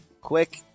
Quick